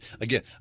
again